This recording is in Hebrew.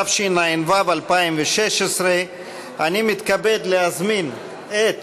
התשע"ו 2016. אני מתכבד להזמין את